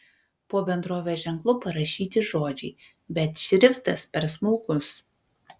po bendrovės ženklu parašyti žodžiai bet šriftas per smulkus